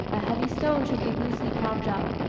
a heavy stone should be loosely propped up,